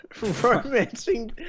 romancing